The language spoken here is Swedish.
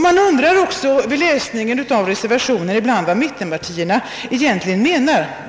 Jag undrar också ibland vid läsning av reservationen, vad mittenpartierna egentligen menar.